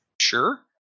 Sure